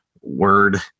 word